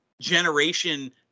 generation